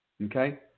Okay